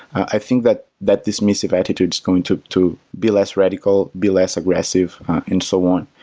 i think that that dismissive attitude is going to to be less radical, be less aggressive and so on.